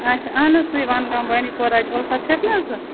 اَچھا اہن حظ سُے وَنہٕ گام بانٛڈی پوراہٕچ اُلفَت چھَکھ نہ ژٕ